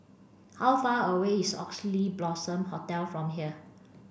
how far away is Oxley Blossom Hotel from here